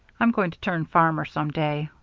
i'm going to turn farmer some day.